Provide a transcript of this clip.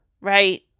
right